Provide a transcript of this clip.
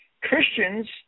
Christians